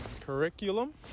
Curriculum